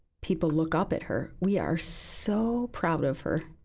people look up at her. we are so proud of her.